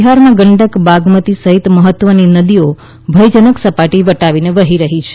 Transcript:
બિહારમાં ગંડક બાગમતી સહિત મહત્વની નદીઓ ભયજનક સપાટી વટાવીને વહી રહી છે